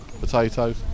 potatoes